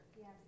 Yes